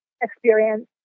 experience